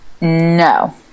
No